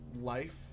life